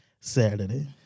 Saturday